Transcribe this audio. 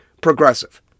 progressive